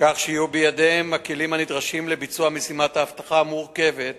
כך שיהיו בידיהם הכלים הנדרשים לביצוע משימת האבטחה המורכבת